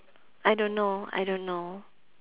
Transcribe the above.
I don't know I don't know